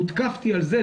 הותקפתי על זה,